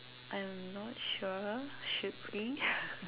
I'm not sure should we